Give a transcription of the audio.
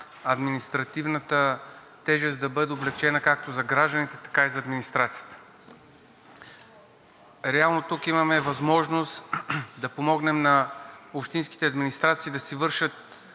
административната тежест да бъде облекчена както за гражданите, така и за администрацията. Реално тук имаме възможност да помогнем на общинските администрации да си вършат